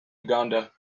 uganda